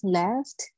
left